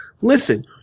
Listen